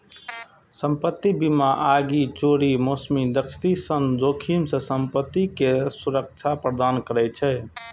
संपत्ति बीमा आगि, चोरी, मौसमी क्षति सन जोखिम सं संपत्ति कें सुरक्षा प्रदान करै छै